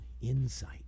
insight